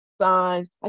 signs